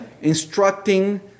Instructing